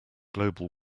global